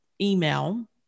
email